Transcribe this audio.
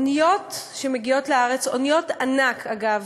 אוניות מגיעות לארץ, אוניות ענק, אגב,